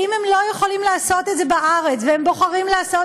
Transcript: ואם הם לא יכולים לעשות את זה בארץ והם בוחרים לעשות